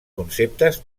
conceptes